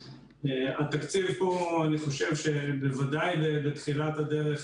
התקציב פה, אני חושב, בוודאי בתחילת הדרך,